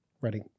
Ready